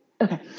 Okay